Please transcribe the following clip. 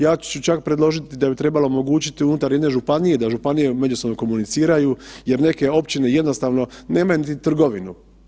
Ja ću čak predložiti da bi trebalo omogućiti unutar jedne županije, da županije međusobno komuniciraju jer neke općine jednostavno nemaju niti trgovinu.